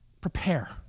prepare